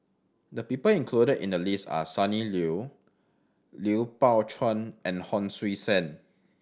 the people included in the list are Sonny Liew Lui Pao Chuen and Hon Sui Sen